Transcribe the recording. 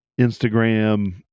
instagram